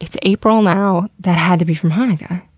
it's april now, that had to be from hanukkah,